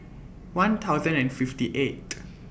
one thousand and fifty eight